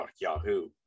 Yahoo